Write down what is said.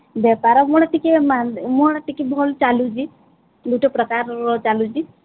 ବେପାର ମୋର ଟିକେ ମୋର ଟିକେ ଭଲ ଚାଲୁଛି ଗୋଟେ ପ୍ରକାରର ଚାଲୁଛି